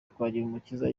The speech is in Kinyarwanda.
twagirumukiza